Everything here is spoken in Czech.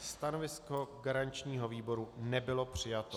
Stanovisko garančního výboru nebylo přijato.